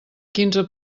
quinze